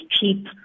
cheap